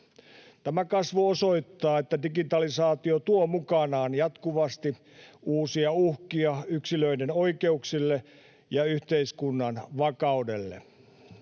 Tämä kasvu osoittaa, että digitalisaatio tuo mukanaan jatkuvasti uusia uhkia yksilöiden oikeuksille ja yhteiskunnan vakaudelle.